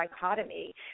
dichotomy